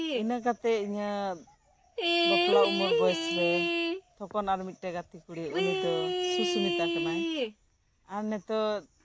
ᱤᱱᱟᱹ ᱠᱟᱛᱮᱜ ᱤᱧᱟᱹᱜ ᱵᱟᱯᱞᱟ ᱩᱢᱟᱹᱨ ᱵᱚᱭᱮᱥ ᱨᱮ ᱛᱚᱠᱷᱚᱱ ᱟᱨ ᱢᱤᱜᱴᱮᱡ ᱜᱟᱛᱮ ᱠᱩᱲᱤ ᱩᱱᱤ ᱫᱚ ᱥᱩᱥᱢᱤᱛᱟ ᱠᱟᱱᱟᱭ ᱟᱨ ᱱᱤᱛᱟᱹᱜ